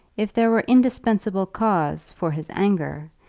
if there were indispensable cause for his anger,